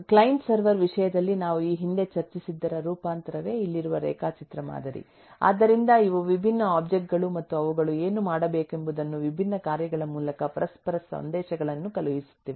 client server ವಿಷಯದಲ್ಲಿ ನಾವು ಈ ಹಿಂದೆ ಚರ್ಚಿಸಿದ್ದರ ರೂಪಾಂತರವೇ ಇಲ್ಲಿರುವ ರೇಖಾಚಿತ್ರ ಮಾದರಿ ಆದ್ದರಿಂದ ಇವು ವಿಭಿನ್ನ ಒಬ್ಜೆಕ್ಟ್ ಗಳು ಮತ್ತು ಅವುಗಳು ಏನು ಮಾಡಬೇಕೆಂಬುದನ್ನು ವಿಭಿನ್ನ ಕಾರ್ಯಗಳ ಮೂಲಕ ಪರಸ್ಪರ ಸಂದೇಶಗಳನ್ನು ಕಳುಹಿಸುತ್ತಿವೆ